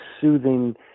soothing